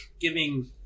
giving